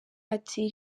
ati